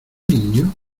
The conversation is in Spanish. niño